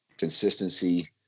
consistency